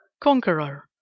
conqueror